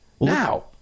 Now